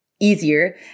easier